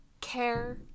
care